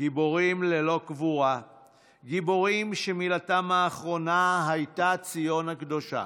גיבורים ללא קבורה / גיבורים שמילתם האחרונה הייתה ציון הקדושה /